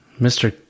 Mr